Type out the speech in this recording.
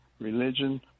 religion